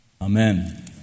amen